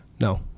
No